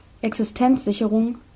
Existenzsicherung